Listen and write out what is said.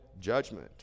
judgment